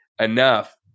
enough